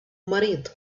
مريض